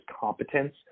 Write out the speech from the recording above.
competence